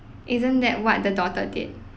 isn't that what the daughter did